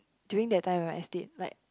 during that time right I stayed like